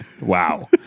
Wow